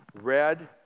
red